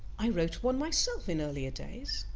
i wrote one myself in earlier days.